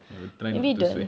I will try not to swear